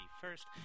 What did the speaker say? first